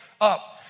up